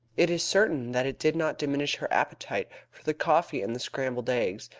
it is certain that it did not diminish her appetite for the coffee and the scrambled eggs,